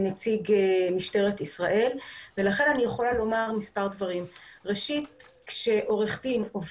רק הבוקר פרסנו עוד מקרה על עוד עורכת דין.